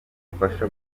ubufasha